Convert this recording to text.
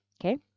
Okay